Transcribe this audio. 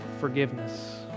forgiveness